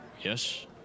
Yes